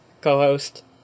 co-host